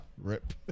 Rip